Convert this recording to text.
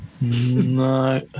No